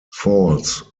falls